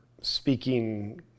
speaking